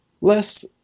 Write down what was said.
less